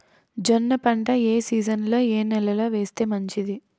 జొన్న పంట ఏ సీజన్లో, ఏ నెల లో వేస్తే మంచిది?